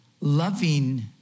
loving